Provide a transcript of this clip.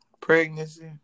pregnancy